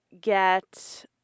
get